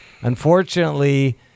Unfortunately